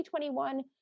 2021